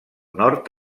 nord